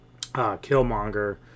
Killmonger